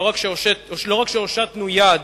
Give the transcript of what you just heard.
לא רק שהושטנו יד,